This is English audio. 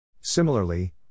Similarly